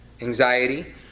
anxiety